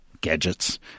gadgets